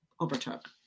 overtook